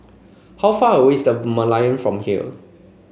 how far away is The Merlion from here